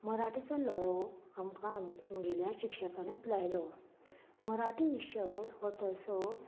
मराठीचो लोळो आमकां आमगेल्या शिक्षकानूच लायलो मराठी विशय हो तसो